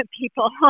people